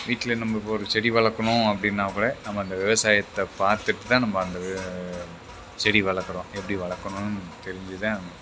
வீட்டில் நம்ம இப்போ ஒரு செடி வளர்க்கணும் அப்படின்னாக்கூட நம்ம அந்த விவசாயத்தை பார்த்துட்டு தான் நம்ம அந்த வி செடி வளர்க்கறோம் எப்படி வளர்க்கணுன் தெரிஞ்சு தான்